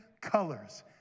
colors